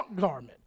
garment